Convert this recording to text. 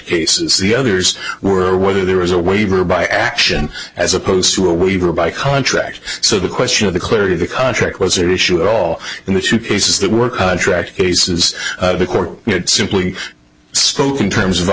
cases the others were whether there was a waiver by action as opposed to a waiver by contract so the question of the clarity of the contract was their issue at all and the two places that were contract cases the court simply spoke in terms of a